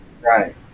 Right